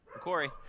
Corey